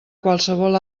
qualsevol